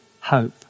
hope